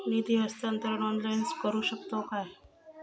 निधी हस्तांतरण ऑनलाइन करू शकतव काय?